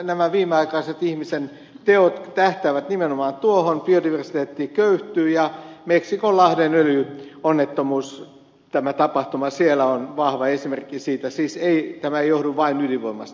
nämä viimeaikaiset ihmisen teot tähtäävät nimenomaan tuohon biodiversiteetti köyhtyy ja meksikonlahden öljyonnettomuus tämä tapahtuma siellä on vahva esimerkki siitä siis ei tämä johdu vain ydinvoimasta